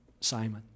Simon